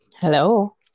Hello